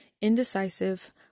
indecisive